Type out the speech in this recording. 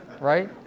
right